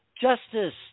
justice